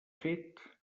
fet